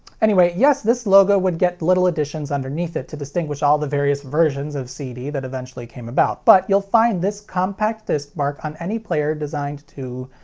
anyway, yes this logo would get little additions underneath it to distinguish all the various versions of cd that eventually came about, but you'll find this compact disc mark on any player designed to,